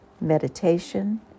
meditation